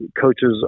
Coaches